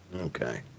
Okay